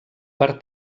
per